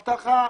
אבטחה,